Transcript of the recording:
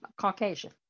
caucasian